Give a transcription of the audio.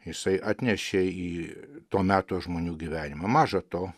jisai atnešė į to meto žmonių gyvenimą maža to